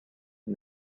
and